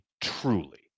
truly